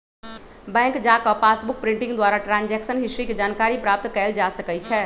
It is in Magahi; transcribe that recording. बैंक जा कऽ पासबुक प्रिंटिंग द्वारा ट्रांजैक्शन हिस्ट्री के जानकारी प्राप्त कएल जा सकइ छै